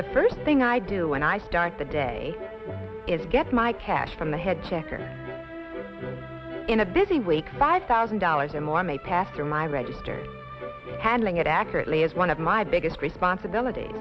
the first thing i do when i start the day is get my cash from the head check or in a busy week five thousand dollars in lemay pass through my register handling it accurately as one of my biggest responsibility